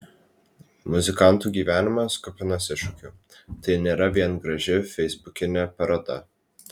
muzikantų gyvenimas kupinas iššūkių tai nėra vien graži feisbukinė paroda